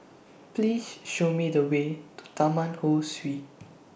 Please Show Me The Way to Taman Ho Swee